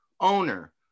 Owner